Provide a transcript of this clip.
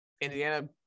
Indiana